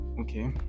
okay